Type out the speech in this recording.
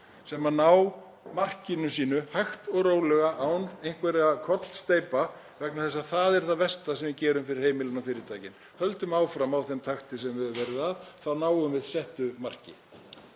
sem ná markinu sínu hægt og rólega án einhverra kollsteypa, það væri það versta sem við gerðum fyrir heimilin og fyrirtækin. Höldum áfram í þeim takti sem við höfum verið. Þá náum við settu marki.